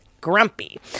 grumpy